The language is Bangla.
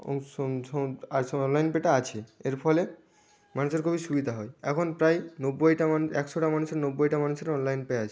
অংসংঝোম আর সব অনলাইন পেটা আছে এর ফলে মানুষের খুবই সুবিধা হয় এখন প্রায় নব্বইটা মান একশোটা মানুষের নব্বইটা মানুষের অনলাইন পে আছে